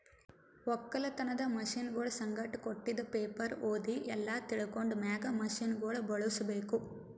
ಒಕ್ಕಲತನದ್ ಮಷೀನಗೊಳ್ ಸಂಗಟ್ ಕೊಟ್ಟಿದ್ ಪೇಪರ್ ಓದಿ ಎಲ್ಲಾ ತಿಳ್ಕೊಂಡ ಮ್ಯಾಗ್ ಮಷೀನಗೊಳ್ ಬಳುಸ್ ಬೇಕು